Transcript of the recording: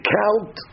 count